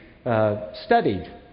Studied